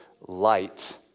light